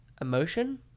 emotion